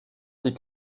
des